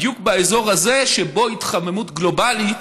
בדיוק באזור הזה שבו ההתחממות הגלובלית